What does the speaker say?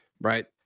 Right